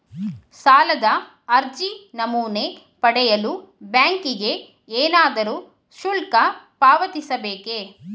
ಸಾಲದ ಅರ್ಜಿ ನಮೂನೆ ಪಡೆಯಲು ಬ್ಯಾಂಕಿಗೆ ಏನಾದರೂ ಶುಲ್ಕ ಪಾವತಿಸಬೇಕೇ?